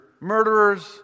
murderers